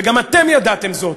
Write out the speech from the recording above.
וגם אתם ידעתם זאת,